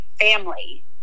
family